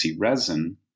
resin